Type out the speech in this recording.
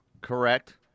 Correct